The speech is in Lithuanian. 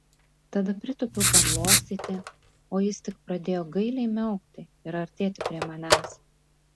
tada pritūpiau paglostyti o jis tik pradėjo gailiai miaukti ir artėti prie manęs